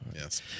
Yes